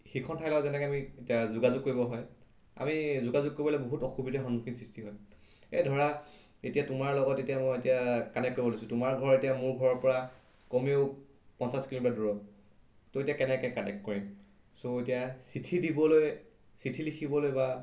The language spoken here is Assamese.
সিখন ঠাই লগত যেনেকৈ আমি এতিয়া যোগাযোগ কৰিব হয় আমি যোগাযোগ কৰিবলৈ বহুত অসুবিধাৰ সন্মুখীন সৃষ্টি হয় এই ধৰা এতিয়া তোমাৰ লগত এতিয়া মই এতিয়া কানেক্ট কৰিব লৈছোঁ তোমাৰ ঘৰ এতিয়া মোৰ ঘৰৰপৰা কমেও পঞ্চাছ কিলোমিটাৰ দূৰৰত ত' এতিয়া কেনেকৈ কানেক্ট কৰিম চ' এতিয়া চিঠি দিবলৈ চিঠি লিখিবলৈ বা